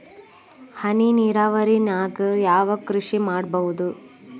ಹನಿ ನೇರಾವರಿ ನಾಗ್ ಯಾವ್ ಕೃಷಿ ಮಾಡ್ಬೋದು?